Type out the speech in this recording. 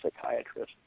psychiatrist